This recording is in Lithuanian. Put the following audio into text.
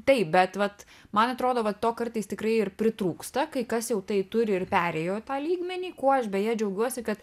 taip bet vat man atrodo va to kartais tikrai ir pritrūksta kai kas jau tai turi ir perėjo tą lygmenį kuo aš beje džiaugiuosi kad